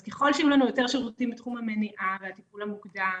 אז ככל שיהיו לנו יותר שירותים בתחום המניעה והטיפול המוקדם,